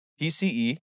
PCE